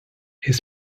his